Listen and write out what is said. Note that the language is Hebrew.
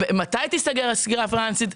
מתי תיסגר הסגירה הפיננסית?